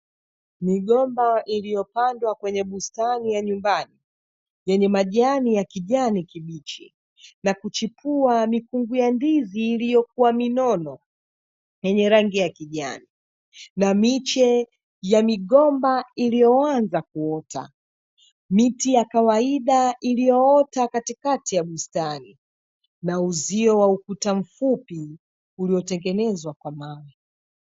Migomba iliyopandwa kwenye bustani ya nyumbani yenye majani ya kijani kibichi na kuchipua mikungu ya ndizi, iliyokua minono yenye rangi ya kijani na miche ya migomba iliyoanza kuota. Miti ya kawaida iliyoota katikati ya bustani na uzio wa ukuta mfupi uliotengenezwa kwa mawe.